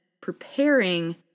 preparing